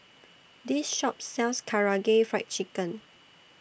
This Shop sells Karaage Fried Chicken